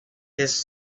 his